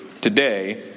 today